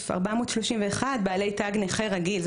ו-378,431 בעלי תג נכה רגיל.